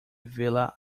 villa